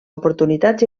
oportunitats